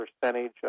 percentage